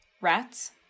Rats